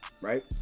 right